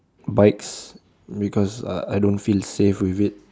bikes because uh I don't feel safe with it